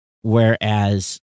whereas